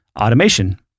automation